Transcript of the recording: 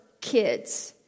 kids